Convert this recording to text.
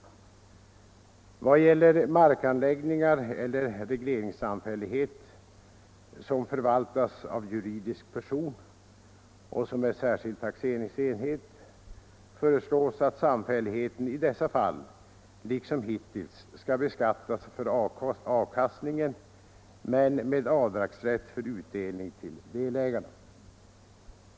I vad gäller markanläggningar eller regleringssamfällighet — som förvaltas av juridisk person och som är särskild taxeringsenhet — föreslås att samfälligheten i dessa fall liksom hittills skall beskattas för avkastningen men med avdragsrätt för utdelning till delägarna.